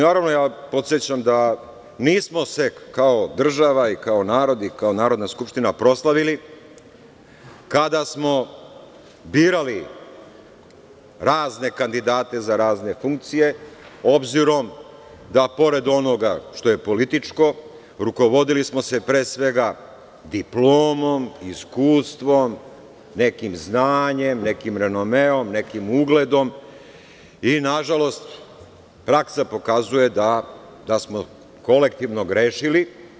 Naravno, ja podsećam da nismo se kao država, kao narod i kao Narodna skupština proslavili kada smo birali razne kandidate za razne funkcije, obzirom da, pored onoga što je političko, rukovodili smo se, pre svega, diplomom iskustvom, nekim znanjem, nekim renomeom, nekim ugledom i nažalost praksa pokazuje da smo kolektivno grešili.